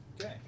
Okay